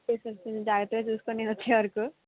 okay sir కొంచం జాగ్రత్తగా చూసుకోండి నేను వచ్చేవరకు